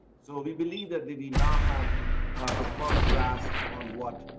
so we believe that they did not have a firm grasp on what?